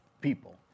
people